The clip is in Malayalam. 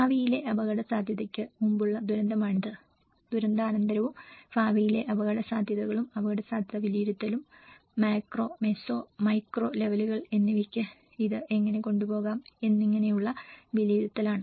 ഭാവിയിലെ അപകടസാധ്യതയ്ക്ക് മുമ്പുള്ള ദുരന്തമാണിത് ദുരന്താനന്തരവും ഭാവിയിലെ അപകടസാധ്യതകളും അപകടസാധ്യത വിലയിരുത്തലും മാക്രോ മെസോ മൈക്രോ ലെവലുകൾ എന്നിവയ്ക്ക് ഇത് എങ്ങനെ കൊണ്ടുപോകാം എന്നിങ്ങനെയുള്ള വിലയിരുത്തലാണ്